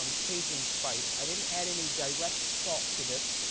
um cajun spice. i didn't add any direct salt to this.